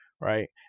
right